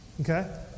Okay